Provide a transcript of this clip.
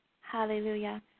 Hallelujah